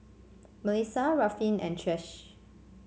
Mellisa Ruffin and Trish